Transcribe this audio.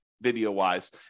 video-wise